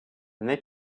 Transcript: they